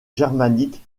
germanique